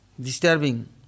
disturbing